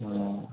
অঁ